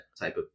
type